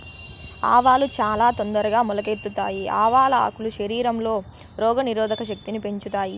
ఆవాలు చానా తొందరగా మొలకెత్తుతాయి, ఆవాల ఆకులు శరీరంలో రోగ నిరోధక శక్తిని పెంచుతాయి